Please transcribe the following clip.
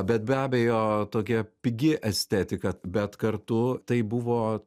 bet be abejo tokia pigi estetika bet kartu tai buvo